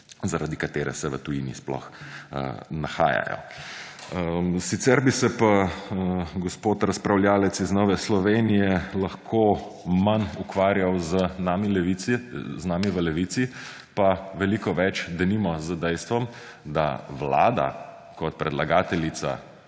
zaradi katere se v tujini sploh nahajajo. Sicer bi se pa gospod razpravljavec iz Nove Slovenije lahko manj ukvarjal z nami v Levici pa veliko več denimo z dejstvom, da Vlada kot predlagateljica